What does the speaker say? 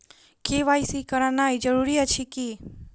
KYC करानाइ जरूरी अछि की?